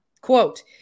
quote